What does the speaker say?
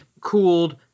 cooled